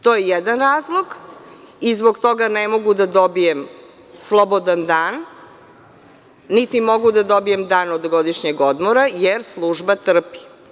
To je jedan razlog i zbog toga ne mogu da dobijem slobodan dan, niti mogu da dobijem dan od godišnjeg odmora jer služba trpi.